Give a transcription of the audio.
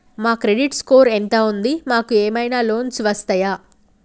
మా credit score ఎంత ఉంది? మాకు ఏమైనా లోన్స్ వస్తయా?